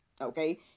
okay